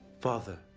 father,